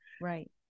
Right